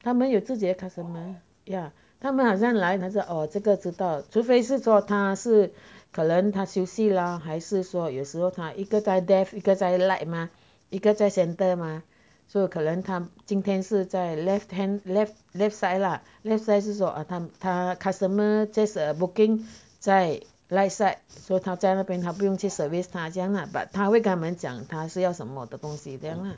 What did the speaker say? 他们有自己的 customer ya 他们好像来 oh 这个知道除非是说他是可能他休息啦还是说有时候他一个在 left 一个在 right mah 一个在 center mah so 可能他今天是在 left hand left left side lah left side 是说他他 customer just booking 在 right side so 他在那边他不用去 service 他这样啦 but 他会跟他们讲他是要什么东西这样啦